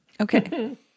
Okay